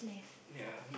yeah